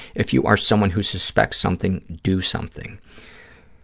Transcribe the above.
if you are someone who suspects something, do something.